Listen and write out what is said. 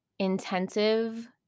intensive